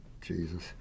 Jesus